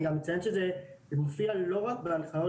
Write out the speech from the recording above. אני גם אציין שזה מופיע לא רק בהנחיות